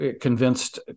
convinced